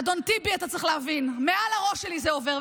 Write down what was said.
אדון טיבי, אתה צריך להבין, מעל הראש שלי זה עובר.